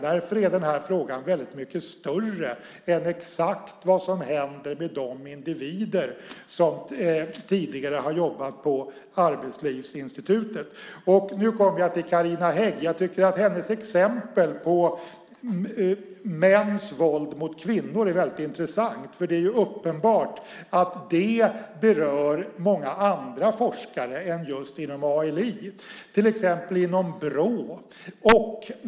Därför är den här frågan väldigt mycket större än exakt vad som händer med de individer som tidigare har jobbat på Arbetslivsinstitutet. Nu kommer jag till Carina Hägg. Jag tycker att hennes exempel på mäns våld mot kvinnor är väldigt intressant. Det är uppenbart att det berör många andra forskare än just inom ALI, till exempel inom Brå.